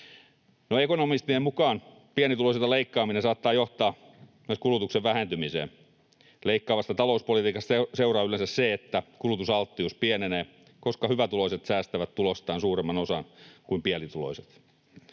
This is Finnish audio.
Ekonomistien mukaan pienituloisilta leikkaaminen saattaa johtaa myös kulutuksen vähentymiseen. Leikkaavasta talouspolitiikasta seuraa yleensä se, että kulutusalttius pienenee, koska hyvätuloiset säästävät tulostaan suuremman osan kuin pienituloiset.